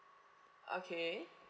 okay